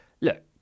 Look